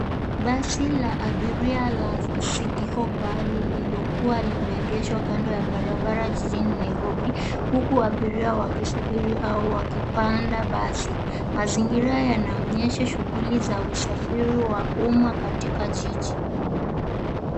Basi la abiria la Citti Hopa lililokua limeegeshwa kando ya barabara jijini Nairobi, huku abiria wakisubiri au wakipanda basi. Mazingira yanaonyesha shughuli za usafiri wa umma katika jiji.